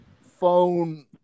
phone